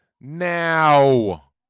now